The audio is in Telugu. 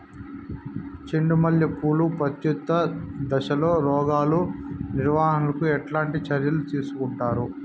చెండు మల్లె పూలు ప్రత్యుత్పత్తి దశలో రోగాలు నివారణకు ఎట్లాంటి చర్యలు తీసుకుంటారు?